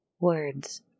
Words